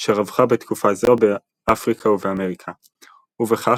שרווחה בתקופה זו באפריקה ובאמריקה; ובכך,